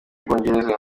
bwongereza